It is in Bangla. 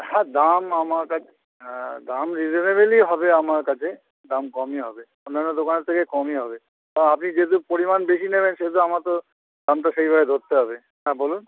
হ্যাঁ দাম আমার কাছে হ্যাঁ দাম রিজনেবলই হবে আমার কাছে দাম কমই হবে অন্যান্য দোকানের থেকে কমই হবে আপনি যেহেতু পরিমাণ বেশি নেবেন সেহেতু আমার তো দামটা সেইভাবে ধরতে হবে হ্যাঁ বলুন